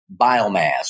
biomass